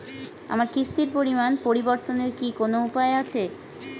আমার কিস্তির পরিমাণ পরিবর্তনের কি কোনো উপায় আছে?